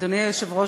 אדוני היושב-ראש,